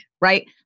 right